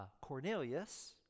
Cornelius